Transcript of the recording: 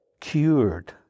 cured